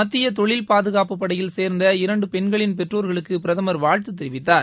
மத்திய தொழில் பாதுகாப்பு படையில் சேர்ந்த இரண்டு பெண்களின் பெற்றோர்களுக்கு பிரதமர் வாழ்த்து தெரிவித்தார்